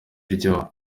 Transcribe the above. iryoha